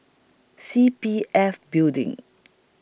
C P F Building